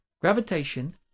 gravitation